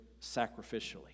sacrificially